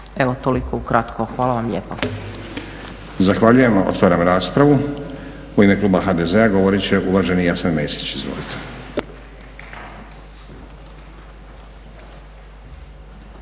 Evo toliko ukratko. Hvala vam lijepa. **Stazić, Nenad (SDP)** Zahvaljujem. Otvaram raspravu. U ime kluba HDZ-a govorit će uvaženi Jasen Mesić. Izvolite.